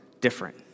different